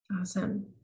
Awesome